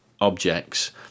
objects